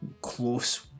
close